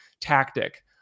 tactic